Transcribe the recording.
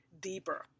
deeper